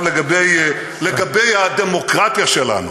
לגבי הדמוקרטיה שלנו,